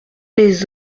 des